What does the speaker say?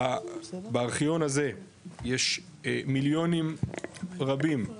בארכיון הזה יש מילונים רבים של חומרים,